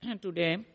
today